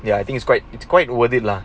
ya I think it's quite it's quite worth it lah